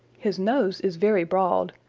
his nose is very broad,